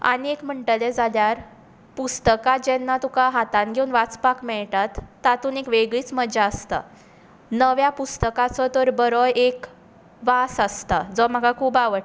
आनी एक म्हणटलें जाल्यार पुस्तकां जेन्ना तुका हातान घेवन वाचपाक मेळटात तातूंत एक वेगळीच मजा आसता नव्या पुस्तकाचो तर बरो एक वास आसता जो म्हाका खूब आवडटा